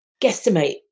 guesstimate